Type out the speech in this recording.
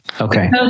Okay